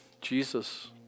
Jesus